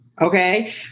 okay